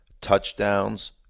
touchdowns